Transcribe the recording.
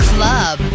Club